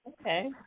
Okay